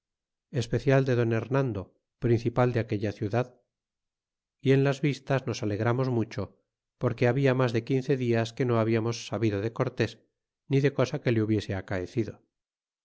especial de don hernando principal de aquella ciudad y en las vistas nos alegramos mucho porque habla mas de quince dias que no hablamos sabido de cortés ni de cosa que le hubiese acaecido